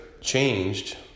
changed